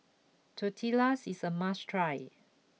Tortillas is a must try